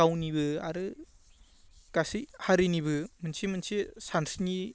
गावनिबो आरो गासै हारिनिबो मोनसे मोनसे सानस्रिनि